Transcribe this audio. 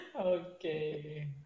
okay